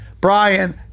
Brian